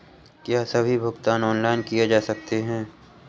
क्या सभी भुगतान ऑनलाइन किए जा सकते हैं?